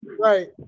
Right